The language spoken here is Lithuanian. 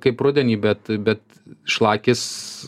kaip rudenį bet bet šlakis